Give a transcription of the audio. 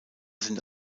sind